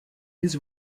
his